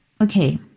Okay